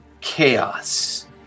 chaos